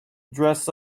dress